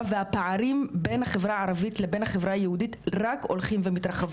והפערים בין החברה הערבית לבין החברה היהודית רק הולכים ומתרחבים.